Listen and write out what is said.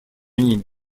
ними